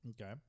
Okay